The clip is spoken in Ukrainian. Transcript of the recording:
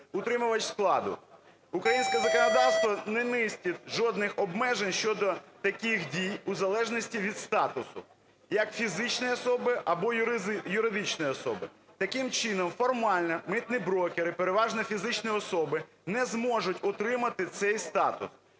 утримувач складу. Українське законодавство не містить жодних обмежень щодо таких дій в залежності від статусу як фізичної особи або юридичної особи. Таким чином формально митні брокери, переважно фізичні особи не зможуть отримати цей статус,